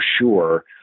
sure